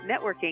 networking